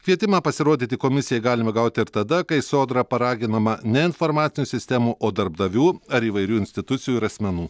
kvietimą pasirodyti komisijai galima gauti ir tada kai sodra paraginama ne informacinių sistemų o darbdavių ar įvairių institucijų ir asmenų